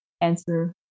answer